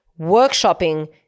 workshopping